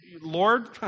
Lord